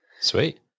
Sweet